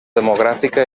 demogràfica